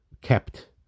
kept